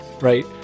Right